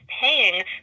paying